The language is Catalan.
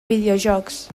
videojocs